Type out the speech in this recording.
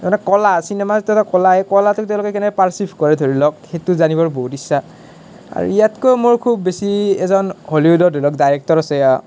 তাৰ মানে কলা চিনেমাৰ দ্বাৰা কলাই এই কলাটোক তেওঁলোকে কেনেকৈ পাৰ্ছিভ কৰে ধৰি লওক সেইটো জানিবৰ বাবে বহুত ইচ্ছা আৰু ইয়াতকৈ মোৰ খুব বেছি এজন হলিউদৰ ধৰি লওক ডাইৰেক্টৰ আছে